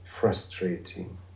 Frustrating